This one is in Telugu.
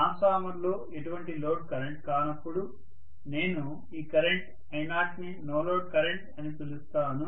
ట్రాన్స్ఫార్మర్లో ఎటువంటి లోడ్ కనెక్ట్ కానప్పుడు నేను ఈ కరెంట్ I0 ని నో లోడ్ కరెంట్ అని పిలుస్తాను